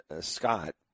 Scott